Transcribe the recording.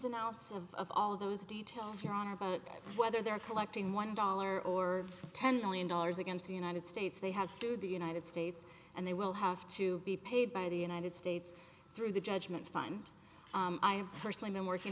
and outs of all those details you're on about whether they're collecting one dollar or ten million dollars against the united states they have sued the united states and they will have to be paid by the united states through the judgment fund i have personally been working